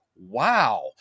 Wow